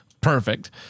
Perfect